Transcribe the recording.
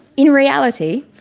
in reality,